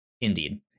indeed